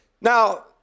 Now